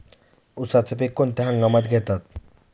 उसाचे पीक कोणत्या हंगामात घेतात?